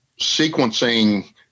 sequencing